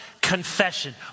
confession